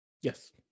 Yes